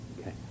Okay